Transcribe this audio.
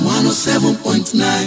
107.9